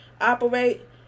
Operate